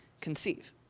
conceive